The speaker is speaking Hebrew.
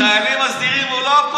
לחיילים הסדירים הוא לא,